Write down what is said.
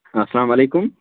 اسلامُ علیکُم